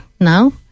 now